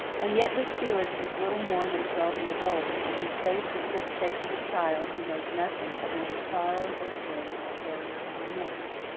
and yet this felix was little more than twelve years old, and his face was still the face of a child who knows nothing of either sorrow or sin or failure or remorse.